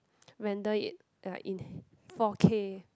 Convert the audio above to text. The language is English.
render it like in four K